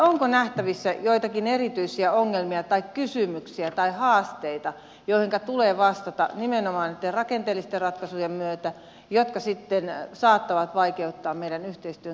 onko nähtävissä joitakin erityisiä ongelmia tai kysymyksiä tai haasteita joihinka tulee vastata nimenomaan näiden rakenteellisten ratkaisujen myötä ja jotka sitten saattavat vaikeuttaa meidän yhteistyömme kehittämistä tulevaisuudessa